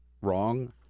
Wrong